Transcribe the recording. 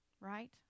Right